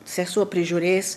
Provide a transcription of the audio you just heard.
sesuo prižiūrės